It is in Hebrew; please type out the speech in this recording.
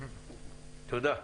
תודה.